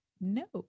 No